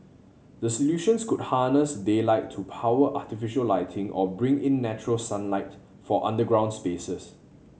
the solutions could harness daylight to power artificial lighting or bring in natural sunlight for underground spaces